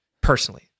personally